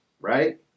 right